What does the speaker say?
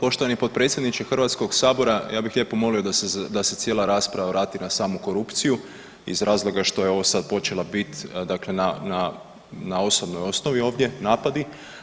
Poštovani potpredsjedniče HS-a, ja bih lijepo molio da se cijela rasprava vrati na samu korupciju iz razloga što je ovo sad počela biti dakle na osobnoj osnovi ovdje napadi.